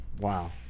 Wow